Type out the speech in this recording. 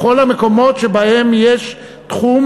בכל המקומות שבהם יש תחום,